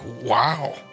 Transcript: wow